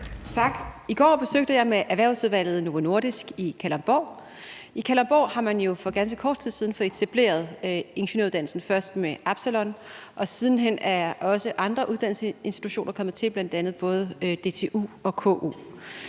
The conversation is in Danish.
I går besøgte jeg sammen med Erhvervsudvalget Novo Nordisk i Kalundborg. I Kalundborg har man jo for ganske kort tid siden fået etableret en ingeniøruddannelse. Først var det med Absalon, og siden hen er også andre uddannelsesinstitutioner kommet til, bl.a. både DTU og KU.